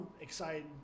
excited